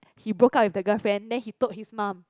he broke up with the girlfriend then he told his mum